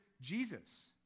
Jesus